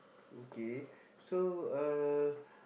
okay so uh